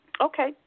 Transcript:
Okay